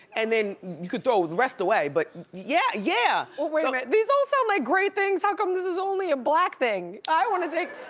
and then you could throw the rest away, but yeah, yeah. like these all sound like great things. how come this is only a black thing? i wanna take.